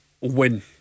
win